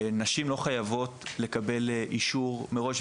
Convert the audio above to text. ונשים לא חייבות לקבל אישור מראש,